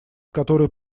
который